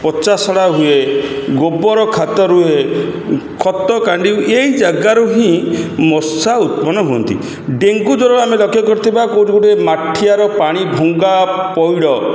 ପଚାସଢ଼ା ହୁଏ ଗୋବର ଖାତ ରୁହେ ଖତ କାଣ୍ଡି ଏଇ ଜାଗାରୁ ହିଁ ମଶା ଉତ୍ପନ୍ନ ହୁଅନ୍ତି ଡେଙ୍ଗୁ ଜ୍ୱର ଆମେ ଲକ୍ଷ୍ୟ କରିଥିବା କେଉଁଠି ଗୋଟେ ମାଠିଆର ପାଣି ଭୁଙ୍ଗା ପଇଡ଼